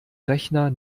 rechner